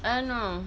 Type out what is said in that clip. err no